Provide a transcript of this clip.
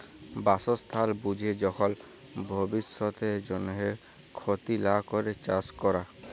বাসস্থাল বুঝে যখল ভব্যিষতের জন্হে ক্ষতি লা ক্যরে চাস ক্যরা